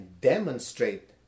demonstrate